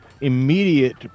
immediate